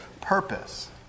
purpose